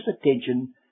attention